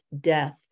death